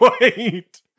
Wait